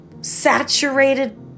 saturated